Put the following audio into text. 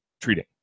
treating